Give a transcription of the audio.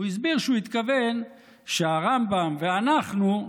שהוא התכוון שהרמב"ם ואנחנו,